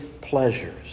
pleasures